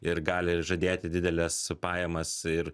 ir gali žadėti dideles pajamas ir